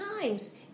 times